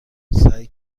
سعی